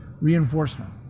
reinforcement